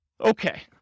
Okay